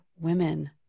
women